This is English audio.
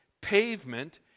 pavement